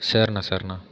செரிணா செரிணா